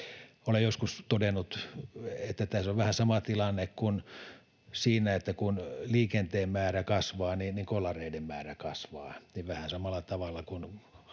Olen joskus todennut, että tässä on vähän sama tilanne kuin siinä, että kun liikenteen määrä kasvaa, niin kolareiden määrä kasvaa; vähän samalla tavalla, kun